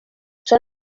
són